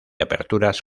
aperturas